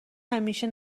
همیشه